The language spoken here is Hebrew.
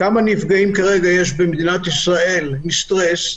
כמה נפגעים יש כרגע במדינת ישראל מסטרס,